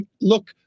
look